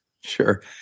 Sure